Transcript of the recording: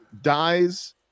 dies